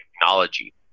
technology